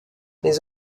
les